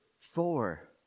four